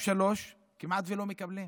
3 כמעט שלא מקבלים.